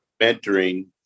mentoring